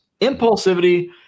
impulsivity